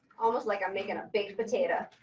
almost like i'm making a baked potato.